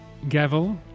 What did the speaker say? Gavel